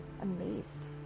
amazed